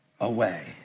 away